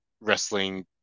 wrestling